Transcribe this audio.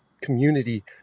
community